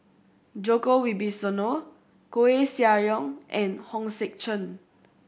Djoko Wibisono Koeh Sia Yong and Hong Sek Chern